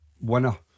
winner